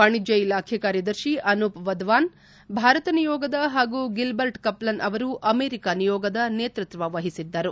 ವಾಣಿಜ್ಞ ಇಲಾಖೆ ಕಾರ್ಯದರ್ತಿ ಅನೂಪ್ ವಧ್ವಾನ್ ಭಾರತ ನಿಯೋಗದ ಹಾಗೂ ಗಿಲ್ಲರ್ಟ್ ಕಪ್ಲನ್ ಅವರು ಅಮೆರಿಕ ನಿಯೋಗದ ನೇತೃತ್ವ ವಹಿಸಿದ್ದರು